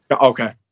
okay